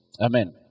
Amen